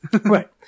Right